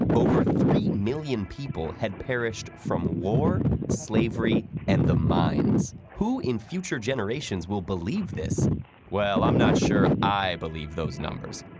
over three million people had perished from ah war, slavery and the mines. who in future generations will believe this well, i'm not sure i believe those numbers.